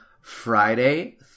Friday